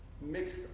mixed